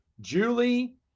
Julie